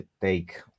take